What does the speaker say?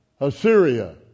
Assyria